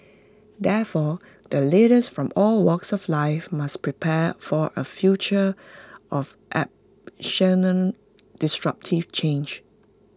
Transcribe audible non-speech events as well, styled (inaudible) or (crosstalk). therefore the leaders from all walks of life must prepare for A future of (unintelligible) disruptive change